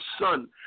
son